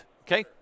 Okay